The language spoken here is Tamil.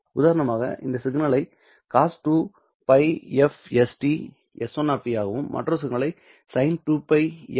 உதாரணமாக இந்த சிக்னலை cos 2πfst s1 ஆகவும் மற்றொரு சிக்னல் sin 2πfst s2 ஆகவும் கருதுங்கள்